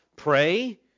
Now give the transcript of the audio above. Pray